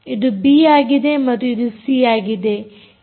ಇದು ಬಿ ಮತ್ತು ಇದು ಸಿ ಆಗಿದೆ